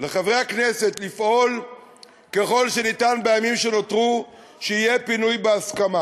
ולחברי הכנסת לפעול ככל שניתן בימים שנותרו שיהיה פינוי בהסכמה.